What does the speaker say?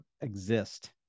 exist